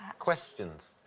questions.